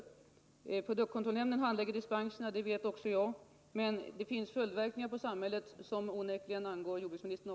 Att produktkontrollnämnden handlägger dispensärenden vet jag också, men det uppstår följdverkningar för samhället som onekligen angår även jordbruksministern.